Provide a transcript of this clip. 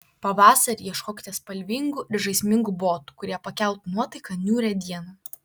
pavasarį ieškokite spalvingų ir žaismingų botų kurie pakeltų nuotaiką niūrią dieną